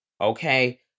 Okay